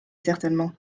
certainement